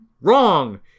wrong